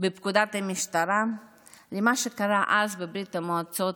בפקודת המשטרה למה שקרה אז בברית המועצות,